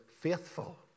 faithful